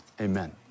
Amen